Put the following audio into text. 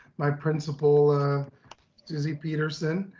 my principal, susy peterson,